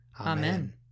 Amen